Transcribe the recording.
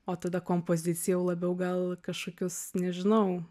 o tada kompozicija jau labiau gal kažkokius nežinau